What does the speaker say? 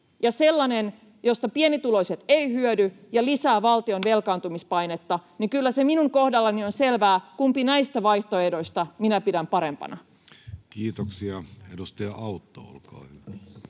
sellainen, josta pienituloiset eivät hyödy ja joka lisää valtion velkaantumispainetta, niin kyllä se minun kohdallani on selvää, kumpaa näistä vaihtoehdoista minä pidän parempana. [Speech 27] Speaker: Jussi Halla-aho